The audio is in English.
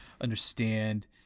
understand